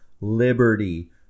liberty